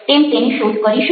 તેમ તેની શોધ કરીશું